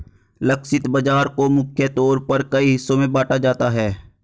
लक्षित बाजार को मुख्य तौर पर कई हिस्सों में बांटा जाता है